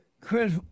Chris